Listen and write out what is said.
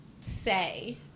say